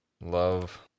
Love